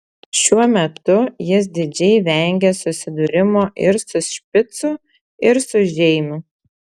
šiuo metu jis didžiai vengė susidūrimo ir su špicu ir su žeimiu